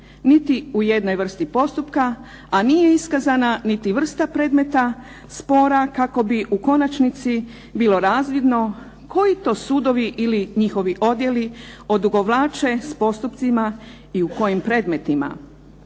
niti u jednoj vrsti postupka, a nije iskazana niti vrsta predmeta, spora kako bi u konačnici bilo razvidno koji to sudovi ili njihovi odjeli odugovlače s postupcima i u kojim predmetima.